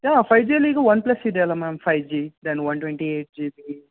ಯಾ five G ಅಲ್ಲಿ ಈಗ OnePlus ಇದೆ ಅಲಾ ma'am five G then one twenty eight G B